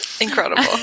Incredible